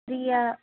ஃப்ரீயாக